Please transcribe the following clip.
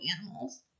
animals